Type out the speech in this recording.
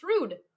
rude